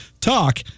talk